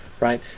right